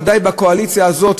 ודאי בקואליציה הזאת,